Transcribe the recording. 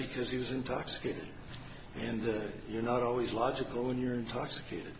because he was intoxicated and that you're not always logical when you're intoxicated